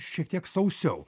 šiek tiek sausiau